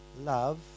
love